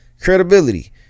credibility